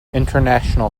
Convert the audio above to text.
international